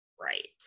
Right